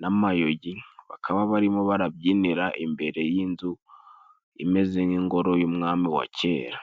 n'amayogi bakaba barimo barabyinira imbere y'inzu imeze nk'ingoro y'umwami wa kera.